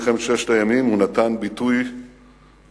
אחרי מלחמת ששת הימים הוא נתן ביטוי בספריו,